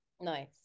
Nice